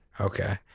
Okay